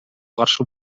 каршы